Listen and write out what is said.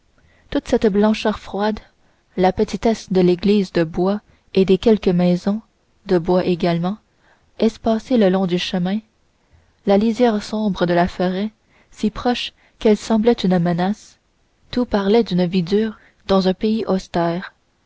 toute cette blancheur froide la petitesse de l'église de bois et des quelques maisons de bois également espacées le long du chemin la lisière sombre de la forêt si proche qu'elle semblait une menace tout parlait d'une vie dure dans un pays austère